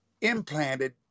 implanted